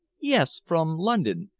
yes, from london.